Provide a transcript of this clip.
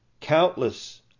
countless